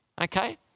Okay